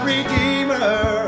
Redeemer